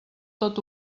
tot